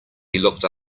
looked